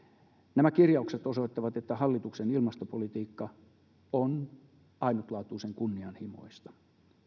nämä kirjaukset osoittavat että hallituksen ilmastopolitiikka on ainutlaatuisen kunnianhimoista